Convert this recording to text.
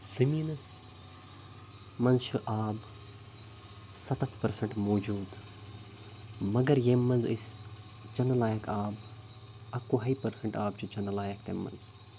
زٔمیٖنَس منٛز چھُ آب سَتَتھ پٔرسَنٛٹ موٗجوٗد مگر ییٚمہِ منٛز أسۍ چٮ۪نہٕ لایق آب اَکہٕ وُہَے پٔرسَنٛٹ آب چھِ چٮ۪نہٕ لایق تَمہِ منٛز